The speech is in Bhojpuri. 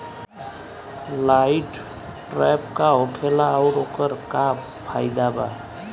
लाइट ट्रैप का होखेला आउर ओकर का फाइदा बा?